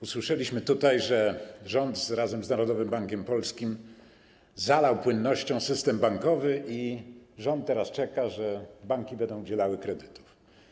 Usłyszeliśmy tutaj, że rząd razem z Narodowym Bankiem Polskim zalał płynnością system bankowy i rząd teraz czeka na to, że banki będą udzielały kredytów.